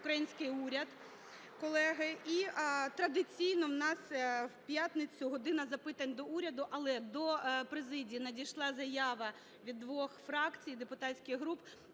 український уряд, колеги. (Оплески) І традиційно у нас в п'ятницю "година запитань до Уряду". Але до президії надійшла заява від двох фракцій депутатських груп.